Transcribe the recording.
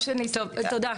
תודה.